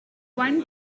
one